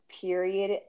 period